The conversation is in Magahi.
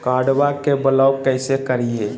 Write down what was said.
कार्डबा के ब्लॉक कैसे करिए?